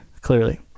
clearly